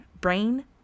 brain